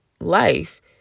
life